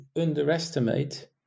underestimate